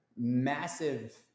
massive